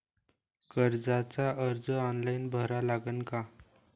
कर्जाचा अर्ज ऑनलाईन भरा लागन का?